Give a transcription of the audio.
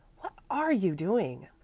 what are you doing?